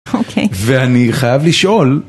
אוקיי. ואני חייב לשאול